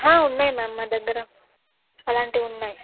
ఉన్నాయి మ్యామ్ మా దగ్గర అలాంటివి ఉన్నాయి